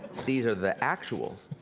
these are the actuals.